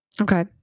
Okay